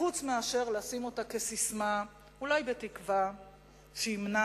חוץ מאשר לשים אותה כססמה, אולי בתקווה שימנע,